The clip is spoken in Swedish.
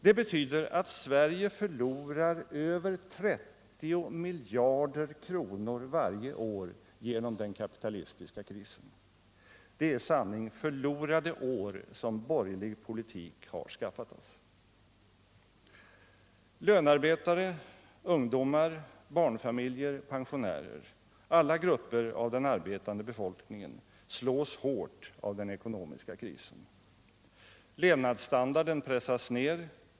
Det betyder att Sverige förlorar över 30 miljarder kronor varje år genom den kapitalistiska krisen. Det är i sanning förlorade år som borgerlig politik har skaffat oss. Lönarbetare, ungdomar, barnfamiljer, pensionärer — alla grupper av den arbetande befolkningen — slås hårt av den ekonomiska krisen. Levnadsstandarden pressas ned.